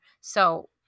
So-